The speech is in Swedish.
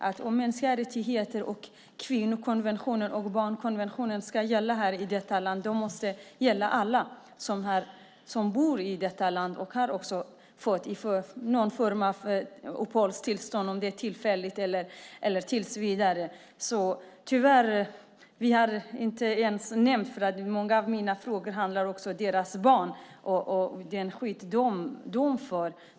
Om mänskliga rättigheter, kvinnokonventionen och barnkonventionen ska gälla här i detta land måste de gälla alla som bor här och har fått någon form av uppehållstillstånd, tillfälligt eller tillsvidare. Många av mina frågor handlar också om deras barn och det skydd de får.